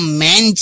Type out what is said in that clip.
man